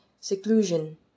seclusion